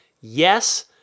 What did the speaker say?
yes